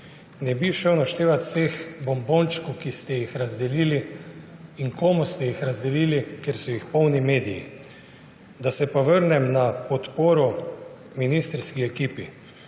Ne bi šel naštevat vseh bombončkov, ki ste jih razdelili in komu ste jih razdelili, ker so jih polni mediji. Da se vrnem na podporo ministrski ekipi.